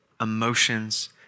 emotions